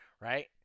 right